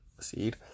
seed